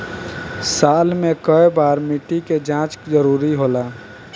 साल में केय बार मिट्टी के जाँच जरूरी होला?